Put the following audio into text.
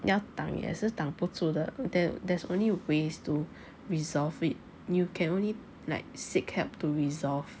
要挡也是挡不住的 there there's only ways to resolve it you can only like seek help to resolve